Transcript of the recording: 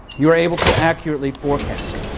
you are able to accurately forecast.